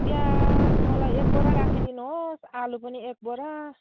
प्याज मलाई एक बोरा राखिदिनुहोस् आलु पनि एक बोरा